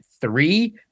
three